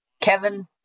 Kevin